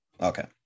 okay